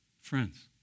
Friends